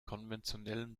konventionellen